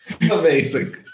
Amazing